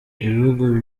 ibihugu